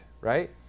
right